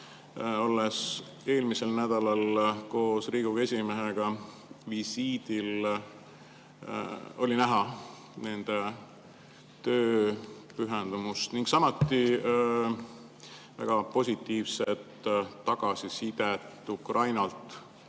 Olles eelmisel nädalal koos Riigikogu esimehega visiidil, nägin nende tööle pühendumist ning samuti väga positiivset tagasisidet Ukrainalt